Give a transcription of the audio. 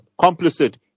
complicit